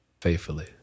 faithfully